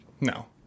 no